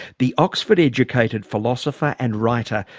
the oxford educated philosopher and writer,